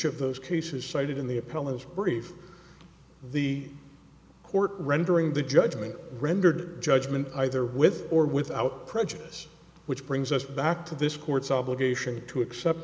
of those cases cited in the appellate brief the court rendering the judgment rendered judgment either with or without prejudice which brings us back to this court's obligation to accept